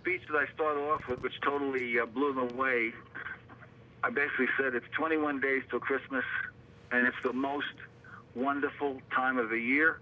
speech that i start off with which totally blew him away i basically said it's twenty one days till christmas and it's the most wonderful time of the year